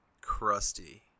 crusty